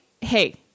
hey